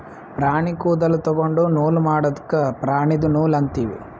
ಪ್ರಾಣಿ ಕೂದಲ ತೊಗೊಂಡು ನೂಲ್ ಮಾಡದ್ಕ್ ಪ್ರಾಣಿದು ನೂಲ್ ಅಂತೀವಿ